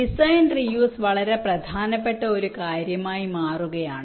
design reuse വളരെ പ്രധാനപ്പെട്ട ഒരു കാര്യമായി മാറുകയാണ്